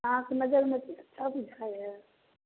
अहाँके नजरिमे के अच्छा बुझाइए